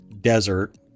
desert